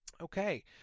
Okay